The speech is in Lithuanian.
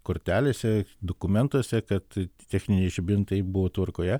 kortelėse dokumentuose kad techniniai žibintai buvo tvarkoje